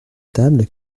table